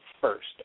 first